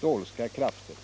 dolska krafter.